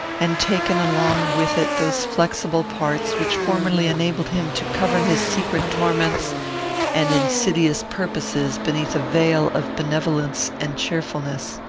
and taken along with it those flexible parts which formerly enabled him to cover his secret torments and insidious purposes beneath a veil of benevolence and cheerfulness.